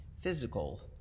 physical